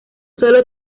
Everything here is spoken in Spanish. sólo